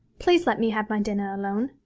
please let me have my dinner alone.